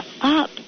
up